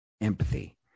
empathy